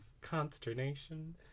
consternation